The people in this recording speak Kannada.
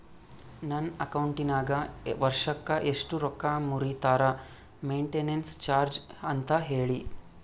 ನನ್ನ ಅಕೌಂಟಿನಾಗ ವರ್ಷಕ್ಕ ಎಷ್ಟು ರೊಕ್ಕ ಮುರಿತಾರ ಮೆಂಟೇನೆನ್ಸ್ ಚಾರ್ಜ್ ಅಂತ ಹೇಳಿ?